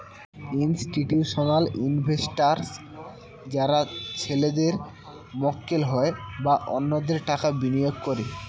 institutional investors যারা ছেলেদের মক্কেল হয় বা অন্যদের টাকা বিনিয়োগ করে